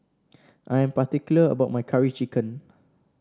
I am particular about my Curry Chicken